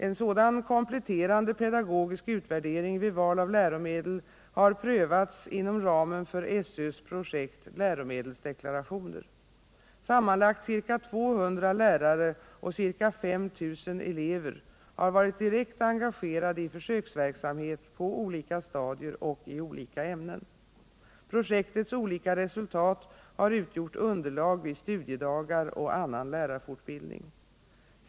En sådan kompletterande pedagogisk utvärdering vid val av läromedel har prövats inom ramen för SÖ:s projekt ”läromedelsdeklarationer”. Sammanlagt ca 200 lärare och ca 5 000 elever har varit direkt engagerade i försöksverksamhet på olika stadier och i olika ämnen. Projektets olika resultat har utgjort underlag vid studiedagar och annan lärarfortbildning.